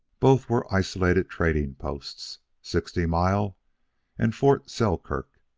both were isolated trading-posts, sixty mile and fort selkirk.